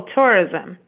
tourism